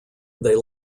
they